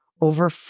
over